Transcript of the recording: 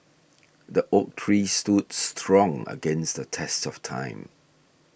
the oak tree stood strong against the test of time